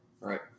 right